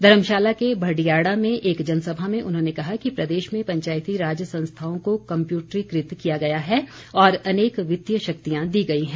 धर्मशाला के भडियाड़ा में एक जनसभा में उन्होंने कहा कि प्रदेश में पंचायती राज संस्थाओं को कम्पयूटरीकृत किया गया है और अनेक वित्तीय शक्तियां दी गई हैं